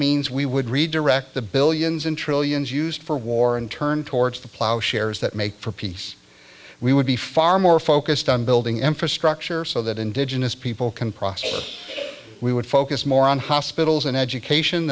means we would redirect the billions and trillions used for war and turn towards the plow shares that make for peace we would be far more focused on building infrastructure so that indigenous people can prosper we would focus more on hospitals and education